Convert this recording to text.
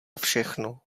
všechno